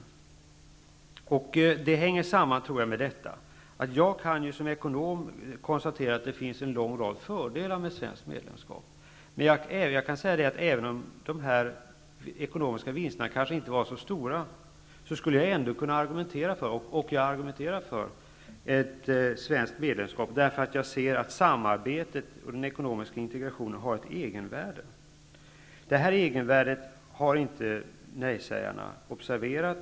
Jag tror att det hänger samman med följande. Jag kan som ekonom konstatera att det finns en lång rad fördelar med ett svenskt medlemskap. Men även om de ekonomiska vinsterna kanske inte var så stora, skulle jag ändå kunna argumentera för dem. Jag argumenterar också för ett svenskt medlemskap, därför att jag ser att samarbetet och den ekonomiska integrationen har ett egenvärde. Detta egenvärde har nejsägarna inte observerat.